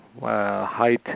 height